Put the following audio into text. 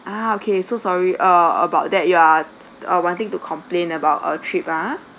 ah okay so sorry err about that you are uh wanting to complain about a trip ah